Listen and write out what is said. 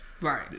right